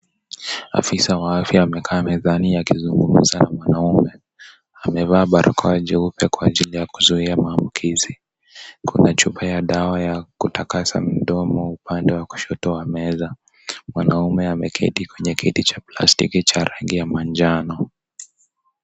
Afisa wa afya amekaa mezani akizungumza na mwanaume, amevaa barakoa jeupe kwa ajili ya kuzuia maambukizi, kuko na chupa ya dawa ya kutakasa mdomo upande wa kushoto wa meza, mwanaume ameketi kwenye kiti chanplastiki cha rangi ya manjano.